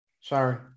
Sorry